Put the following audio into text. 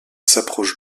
s’approche